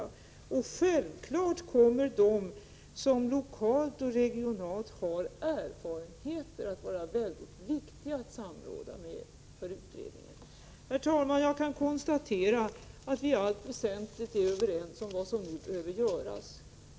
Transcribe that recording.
Det kommer självfallet att vara mycket viktigt att utredaren samråder med dem som lokalt och regionalt har erfarenheter. Herr talman! Jag konstaterar att vi i allt väsentligt är överens om vad som nu behöver göras.